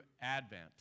Advent